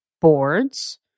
boards